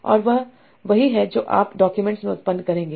और वह वही है जो आप डॉक्यूमेंट्स में उत्पन्न करेंगे